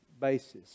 basis